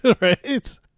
Right